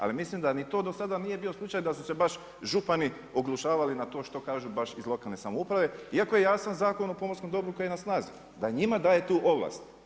Ali mi mislim da ni to do sada nije bio slučaj da su se baš župani oglušavali na to što kaže baš iz lokalne samouprave iako je jasan Zakon o pomorskom dobru koji je na snazi da i njima daje tu ovlast.